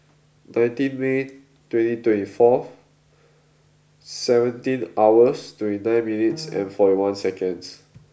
nineteen May twenty twenty four seventeen hours twenty nine minutes and forty one seconds